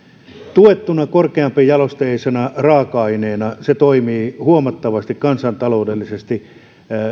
tuettuna korkeampijalosteisena raaka aineena se toimii kansantaloudellisesti huomattavasti